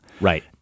Right